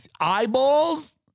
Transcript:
eyeballs